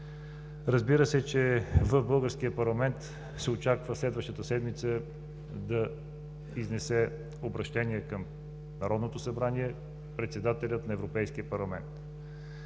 Разбира се, че в българския парламент се очаква следващата седмица да изнесе обръщение към Народното събрание председателят на Европейския парламент.